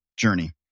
journey